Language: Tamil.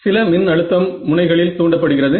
சில மின் அழுத்தம் முனைகளில் தூண்டப்படுகிறது